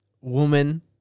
woman